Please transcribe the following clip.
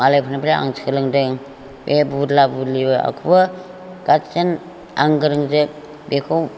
मालायफोरनिफ्राय आं सोलोंदों बे बुदला बुदलिखौबो गाथसिन आं गोरोंजोब बेखौ